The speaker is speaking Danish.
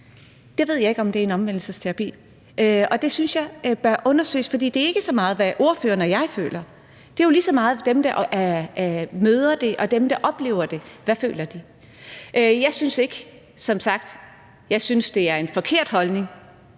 ved jeg ikke. Og det synes jeg bør undersøges, for det handler ikke så meget om, hvad ordføreren og jeg føler. Det handler jo lige så meget om, hvad dem, der møder det, og dem, der oplever det, føler. Jeg synes som sagt, det er en forkert holdning,